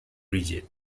rigid